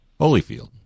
Holyfield